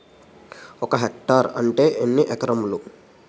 ఒక హెక్టార్ అంటే ఎన్ని ఏకరములు?